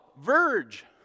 Verge